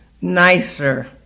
nicer